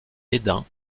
hesdin